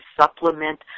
supplement